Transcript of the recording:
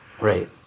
Right